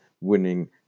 winning